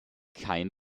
kein